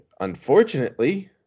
unfortunately